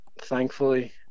thankfully